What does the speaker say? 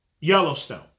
Yellowstone